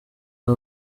aba